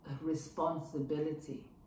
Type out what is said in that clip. responsibility